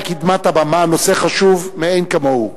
יוזמה ברוכה וחשובה שמביאה אל קדמת הבמה נושא חשוב מאין כמוהו,